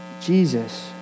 Jesus